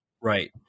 right